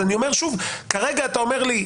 שוב, כרגע אתה אומר לי: